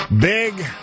Big